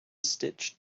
stitch